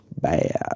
bad